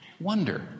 Wonder